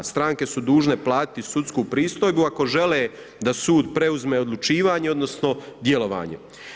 Stranke su dužne platiti sudsku pristojbu ako žele da sud preuzme odlučivanje odnosno djelovanje.